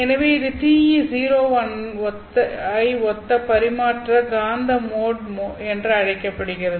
எனவே இது TE01 ஐ ஒத்த பரிமாற்ற காந்த மோட் என அழைக்கப்படுகிறது